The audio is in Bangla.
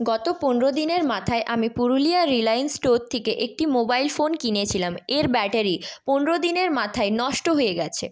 গত পনেরো দিনের মাথায় আমি পুরুলিয়া রিলায়েন্স স্টোর থেকে একটি মোবাইল ফোন কিনেছিলাম এর ব্যাটারি পনেরো দিনের মাথায় নষ্ট হয়ে গিয়েছে